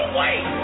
wait